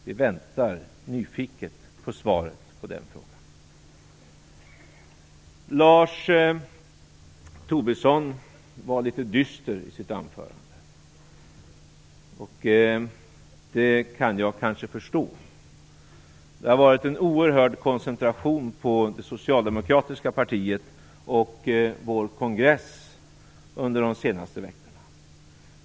Vi väntar nyfiket på svaret på den frågan. Lars Tobisson var litet dyster i sitt anförande, och det kan jag kanske förstå. Uppmärksamheten har varit oerhört koncentrerad på det socialdemokratiska partiet och vår kongress under de senaste veckorna.